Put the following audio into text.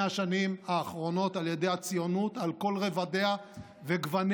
השנים האחרונות על ידי הציונות על כל רבדיה וגווניה,